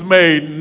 made